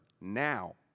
now